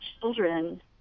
children